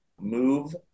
move